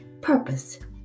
Purpose